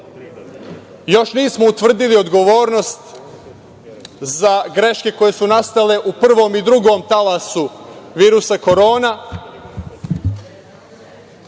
nismo utvrdili odgovornost za greške koje su nastale u prvom i drugom talasu virusa Korona,